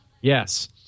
Yes